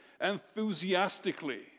enthusiastically